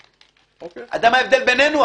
אתה יודע מה ההבדל בינינו?